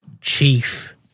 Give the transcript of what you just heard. Chief